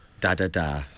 da-da-da